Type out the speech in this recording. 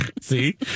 See